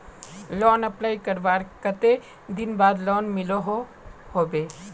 Loan apply करवार कते दिन बाद लोन मिलोहो होबे?